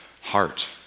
heart